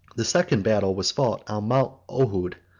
the second battle was fought on mount ohud,